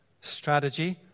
strategy